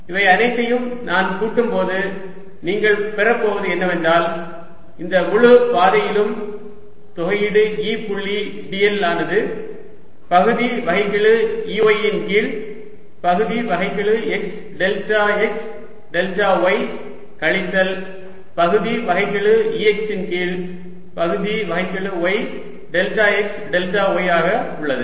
இவை அனைத்தையும் நான் கூட்டும் போது நீங்கள் பெறப்போவது என்னவென்றால் இந்த முழு பாதையிலும் தொகையீடு E புள்ளி dl ஆனது பகுதி வகைக்கெழு Ey கீழ் பகுதி வகைக்கெழு x delta x delta y கழித்தல் பகுதி வகைக்கெழு Ex கீழ் பகுதி வகைக்கெழு y delta x delta y ஆக உள்ளது